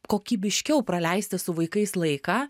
kokybiškiau praleisti su vaikais laiką